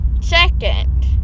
second